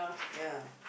ya